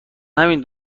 همین